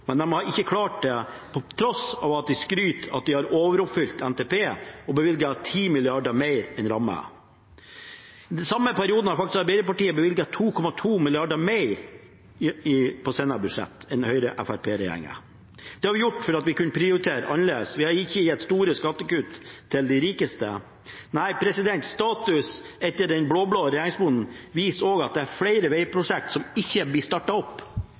men de har ikke klart det, til tross for at de skryter av at de har overoppfylt NTP og bevilget 10 mrd. kr mer enn ramma. Den samme perioden har faktisk Arbeiderpartiet bevilget 2,2 mrd. kr mer i sine budsjetter enn Høyre–Fremskrittsparti-regjeringen. Det har vi kunnet gjøre fordi vi har prioritert annerledes. Vi har ikke gitt store skattekutt til de rikeste. Status etter den blå-blå regjeringsperioden viser også at det er flere vegprosjekter som ikke blir startet opp,